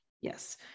Yes